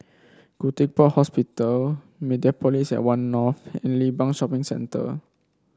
Khoo Teck Puat Hospital Mediapolis at One North and Limbang Shopping Centre